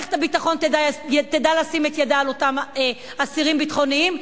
מערכת הביטחון תדע לשים את ידה על אותם אסירים ביטחוניים,